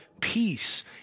peace